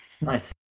Nice